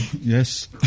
yes